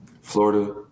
florida